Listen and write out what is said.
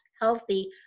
healthy